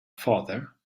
father